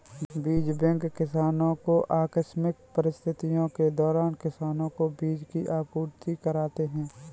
बीज बैंक किसानो को आकस्मिक परिस्थितियों के दौरान किसानो को बीज की आपूर्ति कराते है